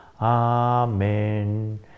Amen